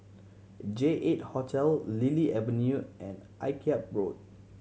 J Eight Hotel Lily Avenue and Akyab Road